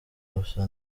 gusa